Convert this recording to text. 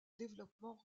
développement